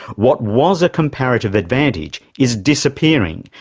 what was a comparative advantage is disappearing,